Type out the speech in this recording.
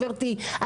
גברתי,